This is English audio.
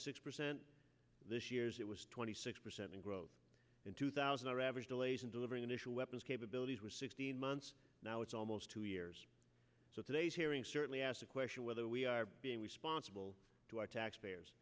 six percent this year's it was twenty six percent growth in two thousand our average delays in delivering initial weapons capabilities were sixteen months now it's almost two years so today's hearing certainly asked a question whether we are being responsible to our